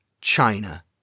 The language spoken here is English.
China